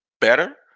better